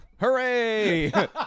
hooray